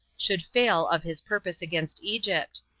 should fail of his purpose against egypt,